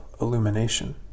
illumination